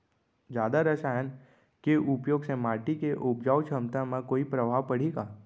जादा रसायन के प्रयोग से माटी के उपजाऊ क्षमता म कोई प्रभाव पड़ही का?